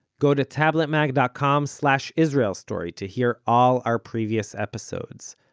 go to tabletmag dot com slash israel story to hear all our previous episodes.